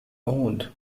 owned